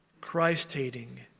Christ-hating